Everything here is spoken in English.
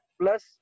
Plus